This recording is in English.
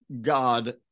God